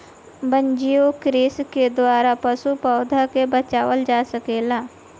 वन्यजीव कृषि के द्वारा पशु, पौधा के बचावल जा सकेला